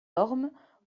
ormes